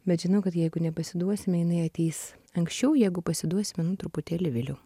bet žinau kad jeigu nepasiduosime jinai ateis anksčiau jeigu pasiduosime nu truputėlį vėliau